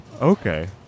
okay